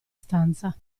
stanza